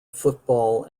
football